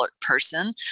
person